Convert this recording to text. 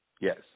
Yes